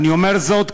אני אומר זאת כאזרח,